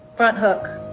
but hook.